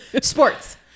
sports